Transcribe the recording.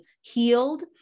healed